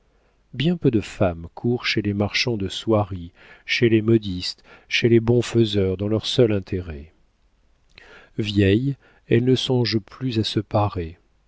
bien peu de femmes courent chez les marchands de soieries chez les modistes chez les bons faiseurs dans leur seul intérêt vieilles elles ne songent plus à se parer